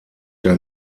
der